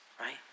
Right